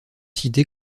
cité